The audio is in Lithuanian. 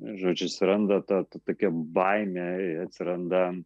žodžiu atsiranda ta tokia baimė atsiranda